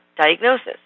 diagnosis